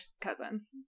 cousins